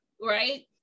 right